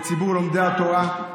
לציבור לומדי התורה,